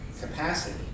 capacity